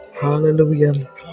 Hallelujah